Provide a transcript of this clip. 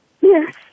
yes